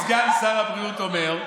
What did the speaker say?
אם סגן שר הבריאות אומר,